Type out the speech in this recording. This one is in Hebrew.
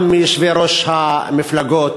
גם מיושבי-ראש המפלגות,